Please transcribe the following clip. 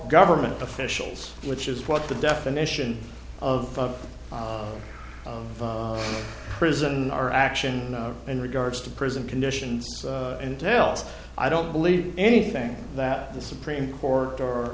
government officials which is what the definition of prison our action in regards to prison conditions entails i don't believe anything that the supreme court or